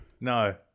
No